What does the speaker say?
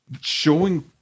showing